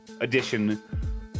edition